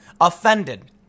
offended